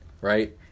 right